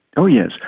oh yes,